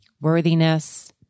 worthiness